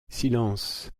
silence